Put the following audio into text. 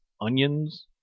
onions